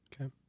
Okay